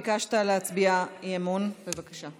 ביקשת להציע הצבעת אי-אמון, בבקשה.